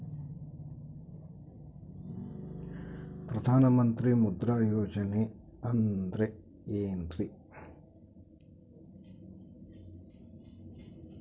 ಪ್ರಧಾನ ಮಂತ್ರಿ ಮುದ್ರಾ ಯೋಜನೆ ಅಂದ್ರೆ ಏನ್ರಿ?